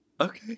Okay